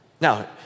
Now